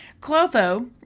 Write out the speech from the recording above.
Clotho